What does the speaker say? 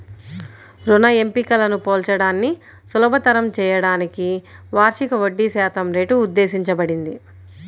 రుణ ఎంపికలను పోల్చడాన్ని సులభతరం చేయడానికి వార్షిక వడ్డీశాతం రేటు ఉద్దేశించబడింది